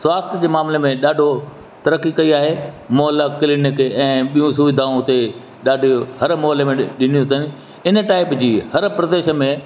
स्वास्थ जे मामिले में ॾाढो तरक़ी कई आहे मोहला क्लीनिक ऐं ॿियूं सुविधाऊं हुते ॾाढो हर मोहले में ॾिनियूं अथनि इन टाइप जी हर प्रदेश में